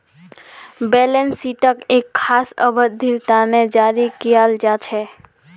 balance शीटक एक खास अवधिर तने जारी कियाल जा छे